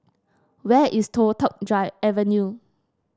where is Toh Tuck Drive Avenue